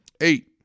Eight